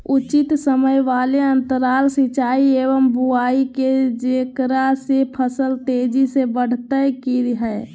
उचित समय वाले अंतराल सिंचाई एवं बुआई के जेकरा से फसल तेजी से बढ़तै कि हेय?